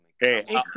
Hey